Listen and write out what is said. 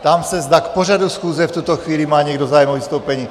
Ptám se, zda k pořadu schůze v tuto chvíli má někdo zájem o vystoupení.